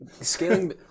Scaling